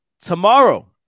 tomorrow